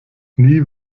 nie